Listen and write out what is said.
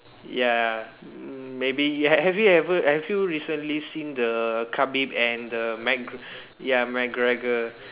ya maybe have you ever have you recently seen the Khabib and the Mc ya McGregor